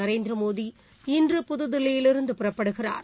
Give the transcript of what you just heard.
நரேந்திரமோடி இன்று புதுதில்லியிலிருந்து புறப்படுகிறார்